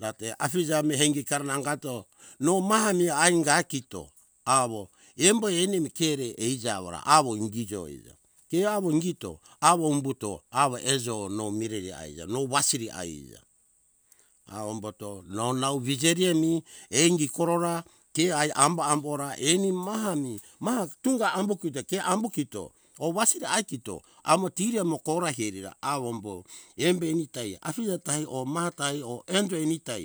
rate afija mi ikara nangato no maha mi ainga kito awo embo eni mi ke re eija awora awora kijo eija ke awo ingito awo umbuto awo ejo nou mireri aija no wasiri aija awo umbuto onow vijeri mi ingi korora ke ai ambo ambo ra eni maha mi maha tunga ambu kito ke ambu kito oh wasiri ah kito amo tiri emo kora hirira awombo embei mitaia afije ti or mata hi or enjo eni ta hi